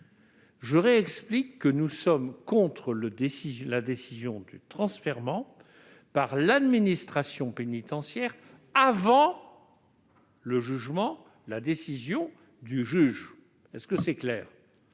le réexpliquer. Nous sommes contre la décision de transfèrement par l'administration pénitentiaire avant la décision du juge. Est-ce clair ?